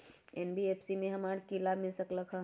NBFC से हमार की की लाभ मिल सक?